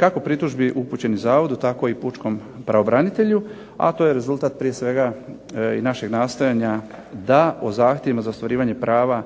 kako pritužbi upućenih zavodu, tako i pučkom pravobranitelju, a to je rezultat prije svega i našeg nastojanja da o zahtjevima za ostvarivanje prava